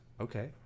Okay